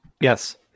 Yes